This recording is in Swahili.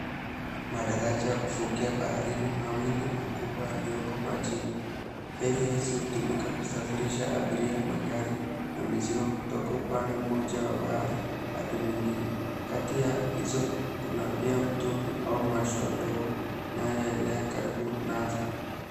Madaraja ya kuvukia baharini mawili makubwa yaliyoko majini. Feri hizi hutumika kusafirisha abiria, magari na mizigo kutoka upande mmoja wa bahari hadi mwingine. Kati ya hizo kuna pia mtumbwi au mashua ndogo inayoelea karibu nazo.